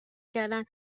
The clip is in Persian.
کردند